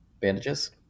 bandages